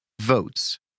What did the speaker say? votes